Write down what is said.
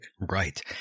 Right